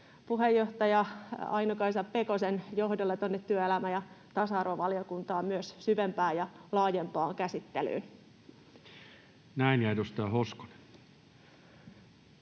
puheenjohtaja Aino-Kaisa Pekosen johdolla työelämä- ja tasa-arvovaliokuntaan myös syvempään ja laajempaan käsittelyyn. Näin. — Ja edustaja Hoskonen.